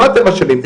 לא אתם אשמים,